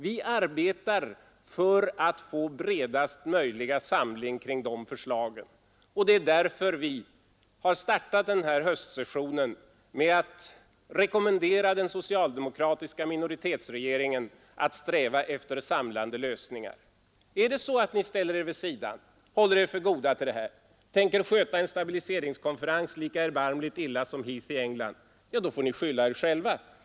Vi arbetar för att få bredast möjliga samling kring de förslag vi har, och det är därför vi har startat den här höstsessionen med att rekommendera den socialdemokratiska minoritetsregeringen att sträva efter samlande lösningar. Är det så att ni ställer er vid sidan, håller er för goda för det, försöker sköta en stabiliseringskonferens lika erbarmligt illa som Heath i England — då får ni skylla er själva.